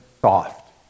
soft